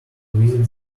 visit